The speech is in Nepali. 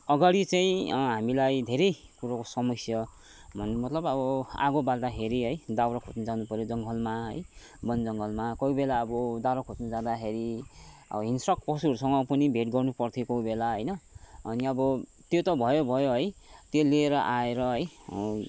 अगडि चाहिँ हामीलाई धेरै कुरोको समस्या भन्नुको मतलब चाहिँ आगो बाल्दाखेरि है दाउरा खोज्नु जानु पऱ्यो है जङ्गलमा है वन जङ्गलमा कोही बेला अब दाउरा खोज्नु जाँदाखेरि अब हिंसक क पशुहरूसँग पनि भेट गर्नु पर्थ्यो कोही बेला होइन अनि अब त्यो त भयो भयो है त्यो लिएर आएर है